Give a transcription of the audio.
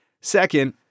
Second